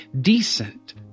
decent